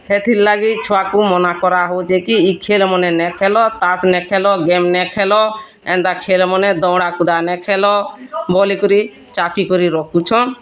ହେତିର୍ଲାଗି ଛୁଆକୁ ମନା କରାହେଉଛି କି ଇ ଖେଲ୍ମାନେ ନାଇ ଖେଲ ତାସ୍ ନାଇ ଖେଲ୍ ଗେମ୍ ନାଇ ଖେଲ ଏନ୍ତା ଖେଲ୍ ମନେ ଦଉଡ଼ା କୁଦା ନାଇ ଖେଲ ଚାପି କରି ରଖୁଛନ୍